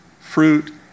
fruit